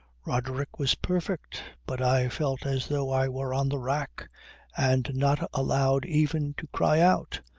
roderick was perfect, but i felt as though i were on the rack and not allowed even to cry out.